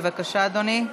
בבקשה, אדוני.